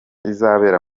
izabera